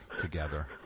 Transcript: together